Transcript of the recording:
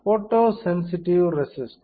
photo sensitive racist